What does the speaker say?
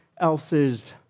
else's